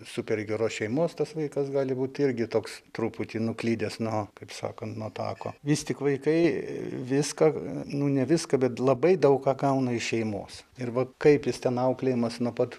super geros šeimos tas vaikas gali būt irgi toks truputį nuklydęs nuo kaip sakant nuo tako vis tik vaikai viską nu ne viską bet labai daug ką gauna iš šeimos ir va kaip jis ten auklėjamas nuo pat